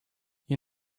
you